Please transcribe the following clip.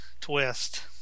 twist